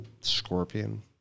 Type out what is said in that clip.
Scorpion